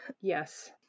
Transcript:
Yes